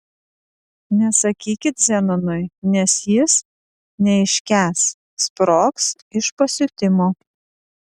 nesakykit zenonui nes jis neiškęs sprogs iš pasiutimo